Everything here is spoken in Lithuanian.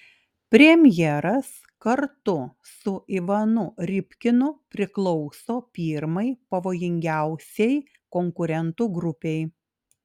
premjeras kartu su ivanu rybkinu priklauso pirmai pavojingiausiai konkurentų grupei